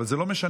אבל זה לא משנה.